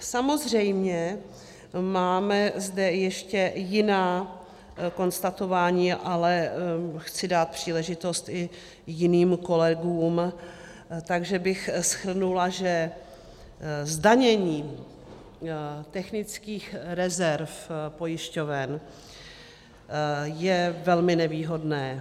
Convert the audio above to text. Samozřejmě máme zde ještě jiná konstatování, ale chci dát příležitost i jiným kolegům, takže bych shrnula, že zdanění technických rezerv pojišťoven je velmi nevýhodné.